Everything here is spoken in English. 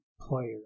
player